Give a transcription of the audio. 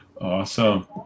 Awesome